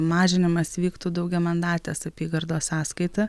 mažinimas vyktų daugiamandatės apygardos sąskaita